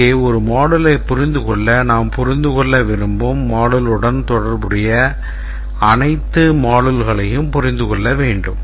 இங்கே ஒரு moduleயைப் புரிந்துகொள்ள நாம் புரிந்து கொள்ள விரும்பும் moduleடன் தொடர்புடைய அனைத்து module களையும் புரிந்து கொள்ள வேண்டும்